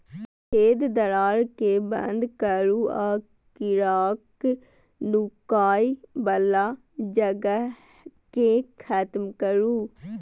छेद, दरार कें बंद करू आ कीड़ाक नुकाय बला जगह कें खत्म करू